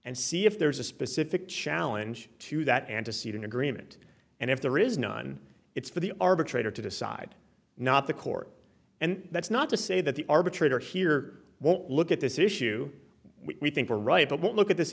and see if there's a specific challenge to that antecedent agreement and if there is none it's for the arbitrator to decide not the court and that's not to say that the arbitrator here won't look at this issue we think we're right but look at this